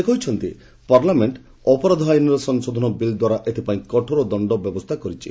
ସେ କହିଛନ୍ତି ପାର୍ଲାମେଣ୍ଟ ଅପରାଧ ଆଇନ୍ର ସଂଶୋଧନ ବିଲ୍ ଦ୍ୱାରା ଏଥିପାଇଁ କଠୋର ଦଣ୍ଡବ୍ୟବସ୍ଥା କରିଛି